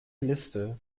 liste